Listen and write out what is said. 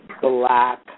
black